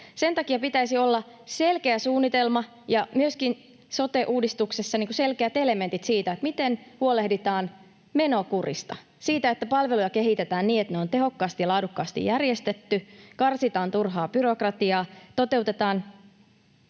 Sen takia pitäisi olla selkeä suunnitelma ja myöskin sote-uudistuksessa selkeät elementit siitä, miten huolehditaan menokurista, siitä, että palveluja kehitetään niin, että ne on tehokkaasti ja laadukkaasti järjestetty, karsitaan turhaa byrokratiaa, toteutetaan